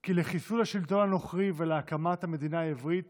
כי לחיסול השלטון הנוכרי ולהקמת המדינה העברית